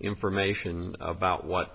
information about what